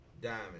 diamond